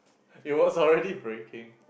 it was already breaking